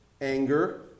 anger